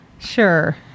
sure